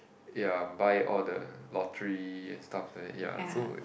ya buy all the lottery and stuff then ya so